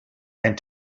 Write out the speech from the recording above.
and